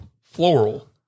floral